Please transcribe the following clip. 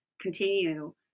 continue